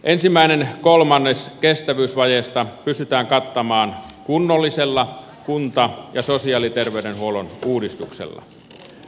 ensimmäinen kolmannes kestävyysvajeesta pystytään kattamaan kunnollisella kunta ja sosiaali ja terveydenhuollon uudistuksella